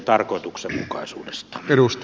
arvoisa puhemies